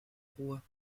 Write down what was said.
ruhr